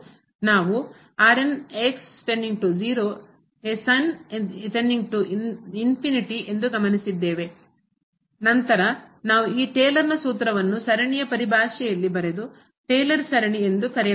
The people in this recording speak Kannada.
ಮತ್ತು ನಾವು as ಎಂದು ಗಮನಿಸಿದ್ದೇವೆ ನಂತರ ನಾವು ಈ ಟೇಲರ್ನ ಸೂತ್ರವನ್ನು ಸರಣಿಯ ಪರಿಭಾಷೆಯಲ್ಲಿ ಬರೆದು ಟೇಲರ್ ಸರಣಿ ಎಂದು ಕರೆಯಲಾಗುತ್ತದೆ